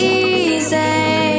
easy